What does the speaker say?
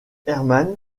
herman